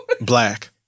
Black